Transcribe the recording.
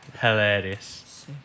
hilarious